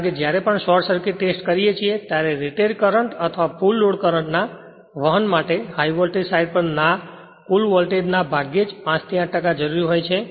કારણ કે જ્યારે આપણે શોર્ટ સર્કિટ ટેસ્ટ કરીએ છીએ ત્યારે રેટેડ કરંટ અથવા ફુલ લોડ કરંટ ના વહન માટે હાઇ વોલ્ટેજ સાઇડ પર ના કુલ વોલ્ટેજના ભાગ્યે જ 5 થી 8 ટકા જરૂરી હોય છે